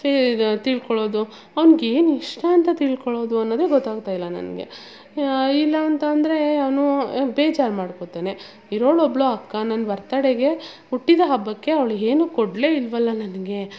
ತೀದ್ ತಿಳ್ಕೊಳೋದು ಅವ್ನಿಗೇನು ಇಷ್ಟಾಂತ ತಿಳ್ಕೊಳೋದು ಅನ್ನೋದು ಗೊತ್ತಾಗ್ತಾ ಇಲ್ಲ ನನಗೆ ಇಲ್ಲಾಂತಂದರೆ ಅವನು ಬೇಜಾರು ಮಾಡಿಕೋತಾನೆ ಇರೋಳು ಒಬ್ಬಳು ಅಕ್ಕ ನನ್ನ ಬರ್ತ್ಡೇಗೆ ಹುಟ್ಟಿದ ಹಬ್ಬಕ್ಕೆ ಅವಳು ಏನೂ ಕೊಡಲೇ ಇಲ್ಲವಲ್ಲ ನನಗೆ